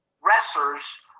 wrestlers